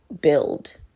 build